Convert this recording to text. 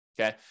okay